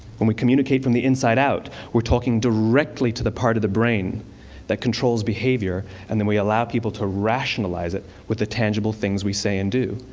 when we can communicate from the inside out, we're talking directly to the part of the brain that controls behavior, and then we allow people to rationalize it with the tangible things we say and do.